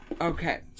Okay